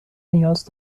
نیاز